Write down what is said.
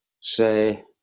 say